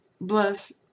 bless